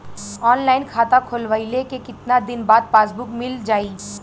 Online खाता खोलवईले के कितना दिन बाद पासबुक मील जाई?